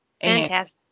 fantastic